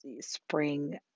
spring